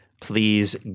Please